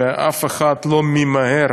ואף אחד לא ממהר